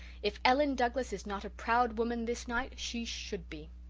if ellen douglas is not a proud woman this night she should be.